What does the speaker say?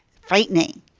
frightening